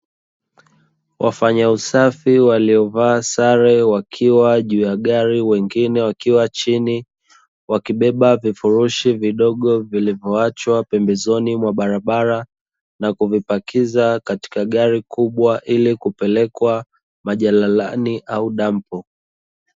Wafanya usafi waliovaa sare wakiwa juu ya gari wengine wakiwa chini. Wakibeba vifurushi vidogo vilivyoachwa pembezoni mwa barabara na kuvipakiza katika gari kubwa ili kupelekwa majalalani au dampo.